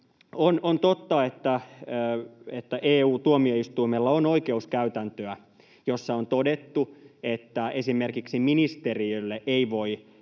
On totta, että EU-tuomioistuimella on oikeuskäytäntöä, jossa on todettu, että esimerkiksi ministeriölle ei voi